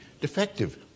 defective